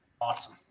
Awesome